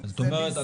זאת אומרת,